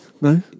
no